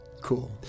Cool